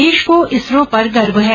देश को इसरो पर गर्व है